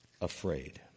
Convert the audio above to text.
afraid